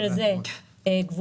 זה מס